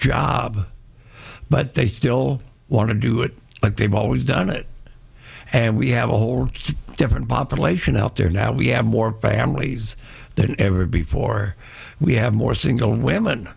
job but they still want to do it but they've always done it and we have a whole different population out there now we have more families than ever before we have more single women